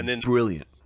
brilliant